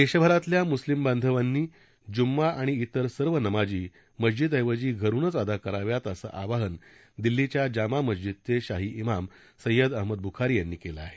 देशभरातल्या मुस्लीम बांधवांनी जूम्मा आणि ईतर सर्व नमाजी मस्जीद ऐवजी घरूनच अदा कराव्यात असं आवाहन दिल्लीच्या जामा मस्जीदचे शाही ईमाम सष्ट्यद अहमद ब्खारी यांनी केलं आहे